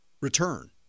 return